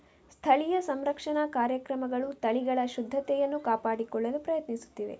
ಸ್ಥಳೀಯ ಸಂರಕ್ಷಣಾ ಕಾರ್ಯಕ್ರಮಗಳು ತಳಿಗಳ ಶುದ್ಧತೆಯನ್ನು ಕಾಪಾಡಿಕೊಳ್ಳಲು ಪ್ರಯತ್ನಿಸುತ್ತಿವೆ